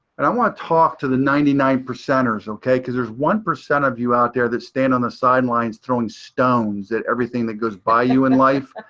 and i want to talk to the ninety nine percenters okay, because there's one percent of you out there that stand on the sidelines, throwing stones at everything that goes by you in life.